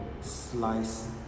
slice